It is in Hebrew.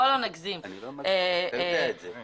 אתה יודע את זה.